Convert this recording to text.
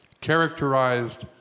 characterized